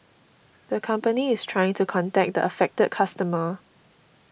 the company is trying to contact the affected customer